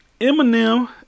Eminem